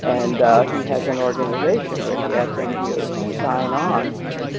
and he has an organization where he asks ngos to sign on